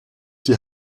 die